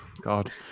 God